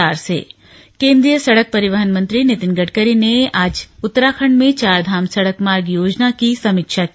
slug Nitin Gadkari केंद्रीय सड़क परिवहन मंत्री नितिन गडकरी ने आज उत्तराखंड में चार धाम सड़क मार्ग योजना की समीक्षा की